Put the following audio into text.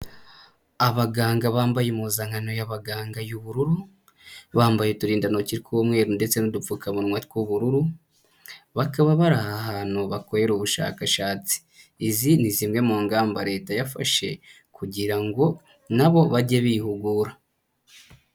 Abaganga bambaye impuzankano y'abaganga y'ubururu, bambaye uturindantoki tw'umweru ndetse n'udupfukamunwa tw'ubururu, bakaba bari aha hantu bakorera ubushakashatsi. Izi ni zimwe mu ngamba Leta yafashe kugira ngo na bo bajye bihugura.